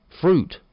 Fruit